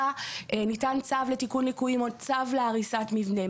ניתן צו לתיקון ליקויים או צו להריסת מבנה,